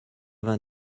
vingt